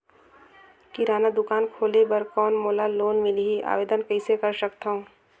किराना दुकान खोले बर कौन मोला लोन मिलही? आवेदन कइसे कर सकथव?